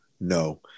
no